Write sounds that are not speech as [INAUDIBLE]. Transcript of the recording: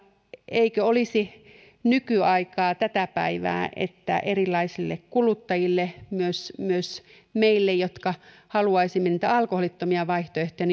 eikö olisi nykyaikaa ja tätä päivää että erilaisille kuluttajille myös myös meille jotka haluaisimme niitä alkoholittomia vaihtoehtoja [UNINTELLIGIBLE]